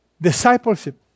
discipleship